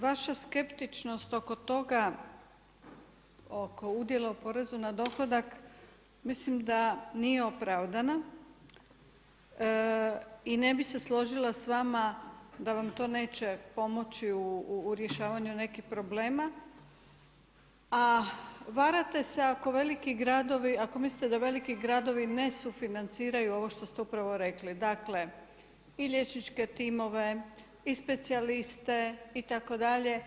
Vaša skeptičnost oko toga, oko udjela o porezu na dohodak, mislim da nije opravdana i ne bi se složila s vama da vam to neće pomoći u rješavanju nekih problema, a varate se ako mislite da veliki gradovi ne sufinanciraju ovo što ste upravo rekli, dakle, i liječničke timove i specijaliste itd.